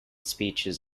speeches